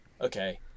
okay